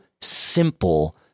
simple